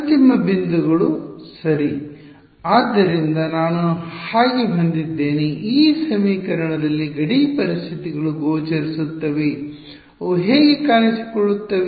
ಅಂತಿಮ ಬಿಂದುಗಳು ಸರಿ ಆದ್ದರಿಂದ ನಾನು ಹಾಗೆ ಹೊಂದಿದ್ದೇನೆ ಈ ಸಮೀಕರಣದಲ್ಲಿ ಗಡಿ ಪರಿಸ್ಥಿತಿಗಳು ಗೋಚರಿಸುತ್ತವೆ ಅವು ಹೇಗೆ ಕಾಣಿಸಿಕೊಳ್ಳುತ್ತವೆ